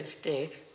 states